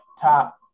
top